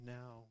now